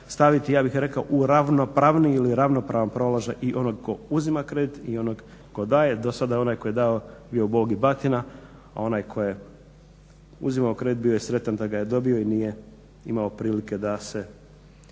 staviti ja bih rekao u ravnopravniji ili ravnopravan položaj i onog tko uzima kredit i onog tko daje. Do sada onaj koji je dao je bio Bog i batina, a onaj tko je uzimao kredit bio je sretan da ga je dobio i nije imao prilike da se,